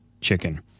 chicken